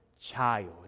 child